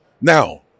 Now